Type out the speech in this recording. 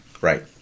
right